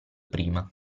prima